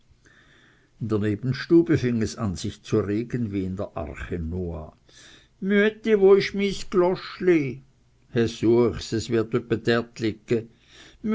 in der nebenstube fing es an sich zu regen wie in der arche noahs müetti wo isch mis gloschli he suech's es wird öppe